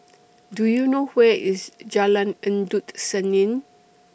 Do YOU know Where IS Jalan Endut Senin